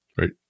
Right